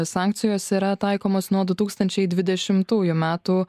sankcijos yra taikomos nuo du tūkstančiai dvidešimųjų metų